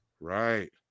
Right